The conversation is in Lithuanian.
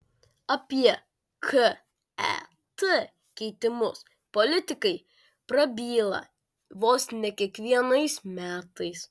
apie ket keitimus politikai prabyla vos ne kiekvienais metais